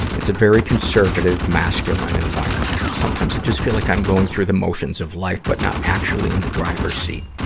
it's a very conservative, masculine environment. sometimes, it just feel like i'm just going through the motions of life, but not actually in the driver's seat.